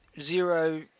zero